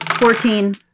Fourteen